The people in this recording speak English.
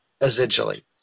essentially